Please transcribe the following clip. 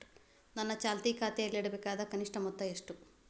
ನನ್ನ ಚಾಲ್ತಿ ಖಾತೆಯಲ್ಲಿಡಬೇಕಾದ ಕನಿಷ್ಟ ಮೊತ್ತ ಎಷ್ಟು?